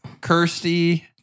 Kirsty